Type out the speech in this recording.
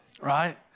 right